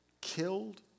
killed